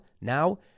Now